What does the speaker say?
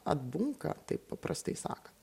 atbunka taip paprastai sakan